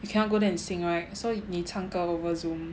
you cannot go there and sing right so 你唱歌 over Zoom